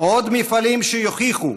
עוד מפעלים, שיוכיחו